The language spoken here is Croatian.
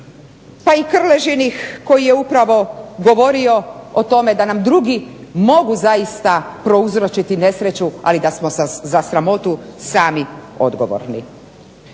pa i Krležinih koji je upravo govorio o tome da nam drugi mogu zaista prouzročiti nesreću ali da smo za sramotu sami odgovorni.